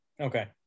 okay